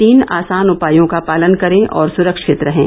तीन आसान उपायों का पालन करें और सुरक्षित रहें